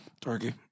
Turkey